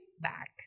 back